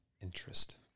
interest